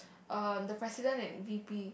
err the president and v_p